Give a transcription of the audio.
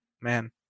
Man